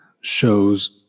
shows